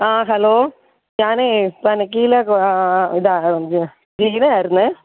ആ ഹലോ ഞാനേ പണിക്കിലെ ഇതാണ് ഗീത ആയിരുന്നേ